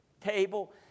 table